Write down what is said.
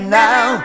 now